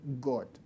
God